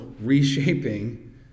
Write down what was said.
reshaping